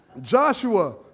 Joshua